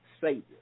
Savior